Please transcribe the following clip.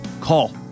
call